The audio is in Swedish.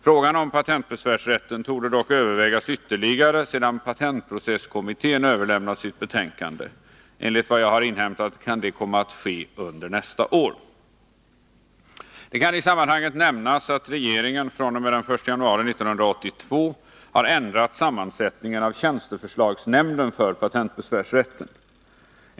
Frågan om patentbesvärsrätten torde dock övervägas ytterligare sedan patentprocesskommittén överlämnat sitt betänkande. Enligt vad jag har inhämtat kan det komma att ske under nästa år. Det kan i sammanhanget nämnas att regeringen från och med den 1 januari 1982 har ändrat sammansättningen av tjänsteförslagsnämnden för patentbesvärsrätten.